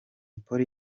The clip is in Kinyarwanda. polly